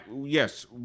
yes